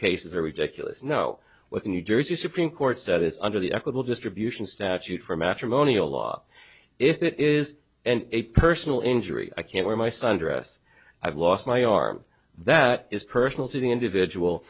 cases are ridiculous know what the new jersey supreme court said is under the equable distribution statute for matrimonial law if it is and a personal injury i can't wear my sun dress i've lost my arm that is personal to the individual